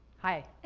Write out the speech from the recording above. hi.